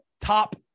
top